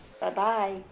Bye-bye